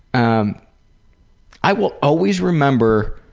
um i will always remember